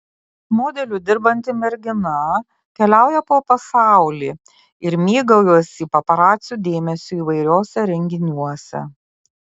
modeliu dirbanti mergina keliauja po pasaulį ir mėgaujasi paparacių dėmesiu įvairiuose renginiuose